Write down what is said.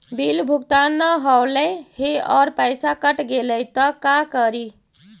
Bill भुगतान न हौले हे और पैसा कट गेलै त का करि?